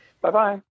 Bye-bye